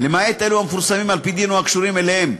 למעט אלו המתפרסמים על-פי דין או הקשורים אליהם.